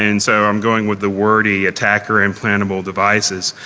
and so i'm going with the wordy attackable implantable devices.